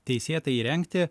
teisėtai įrengti